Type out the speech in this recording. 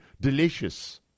delicious